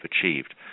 achieved